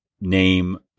name